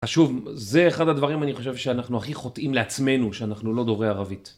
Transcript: שוב, זה אחד הדברים אני חושב שאנחנו הכי חוטאים לעצמנו, שאנחנו לא דוברי ערבית.